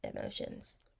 emotions